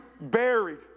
buried